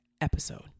episode